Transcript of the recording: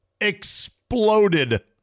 exploded